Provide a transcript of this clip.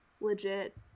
legit